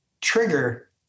trigger